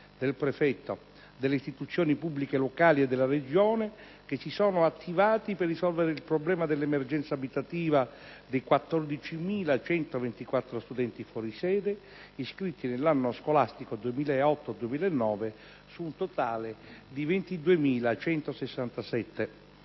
del prefetto, delle istituzioni pubbliche locali e della Regione che si sono attivati per risolvere il problema dell'emergenza abitativa dei 14.124 studenti fuori sede iscritti nell'anno accademico 2008-2009, su un totale di 22.167.